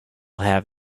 have